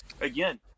again